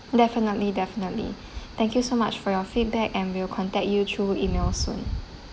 definitely definitely thank you so much for your feedback and we'll contact you through emails soon